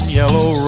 yellow